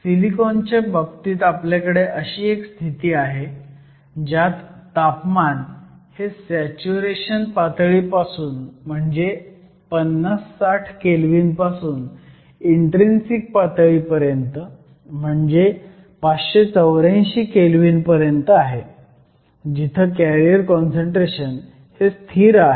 सिलिकॉनच्या बाबतीत आपल्याकडे अशी एक स्थिती आहे ज्यात तापमान हे सॅच्युरेशन पातळी पासून म्हणजे 50 60 केल्व्हीन पासून इन्ट्रीन्सिक पातळीपर्यंत म्हणजे 584 केल्व्हीन पर्यंत आहे जिथं कॅरियर काँसंट्रेशन हे स्थिर आहे